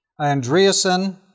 Andreasen